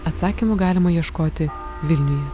atsakymų galima ieškoti vilniuje